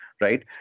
right